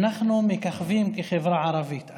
אנחנו מככבים בחברה הערבית.